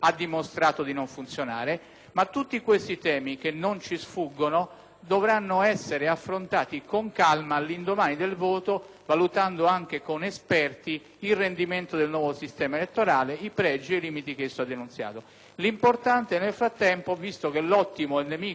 dovranno essere affrontati con calma all'indomani del voto, valutando, anche con esperti, il rendimento del nuovo sistema elettorale, i pregi ed i limiti che esso ha denunziato. L'importante nel frattempo, visto che l'ottimo è nemico del bene, è che conduciamo in porto questa riforma condivisa.